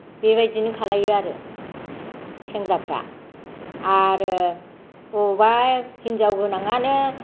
बेबायदिनो खालामो आरो सेंग्राफ्रा आरो बबेबा हिनजाव गोनाङानो